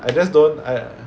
I just don't !aiya!